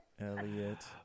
Elliot